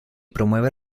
promueve